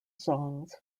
songs